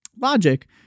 logic